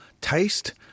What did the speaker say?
taste